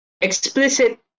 Explicit